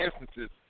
instances